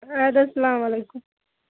اَدٕ حظ سلام علیکُم